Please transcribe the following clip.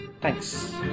Thanks